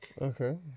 Okay